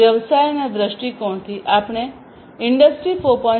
વ્યવસાયના દૃષ્ટિકોણથી આપણે ઇન્ડસ્ટ્રી 4